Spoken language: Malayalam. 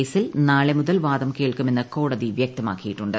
കേസിൽ നാള്ള് മുതൽ വാദം കേൾക്കുമെന്ന് കോടതി വ്യക്തമാക്കിയിട്ടുണ്ട്